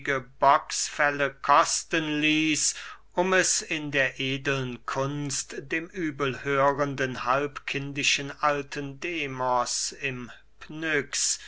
bocksfelle kosten ließ um es in der edeln kunst dem übelhörenden halbkindischen alten demos im pnyx